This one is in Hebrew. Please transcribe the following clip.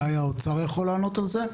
אולי האוצר יכול לענות על זה?